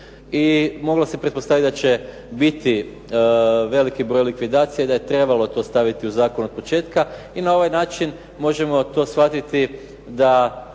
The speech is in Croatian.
I moglo se pretpostaviti da će biti veliki broj likvidacija i da je trebalo to staviti u zakon od početka i na ovaj način možemo to shvatiti da